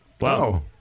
Wow